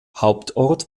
hauptort